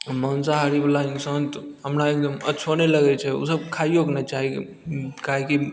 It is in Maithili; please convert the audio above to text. माँसाहारी बला इंसान तऽ हमरा एकदम अच्छो नहि लगैत छै ओसब खाइयोके नहि चाही काहेकि